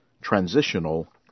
Transitional